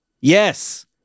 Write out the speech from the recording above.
Yes